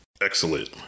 Excellent